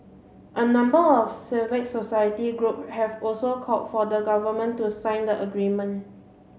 a number of civil society group have also called for the Government to sign the agreement